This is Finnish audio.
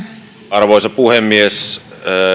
arvoisa puhemies